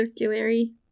circulary